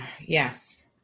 yes